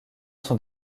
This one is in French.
sont